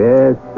Yes